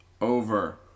over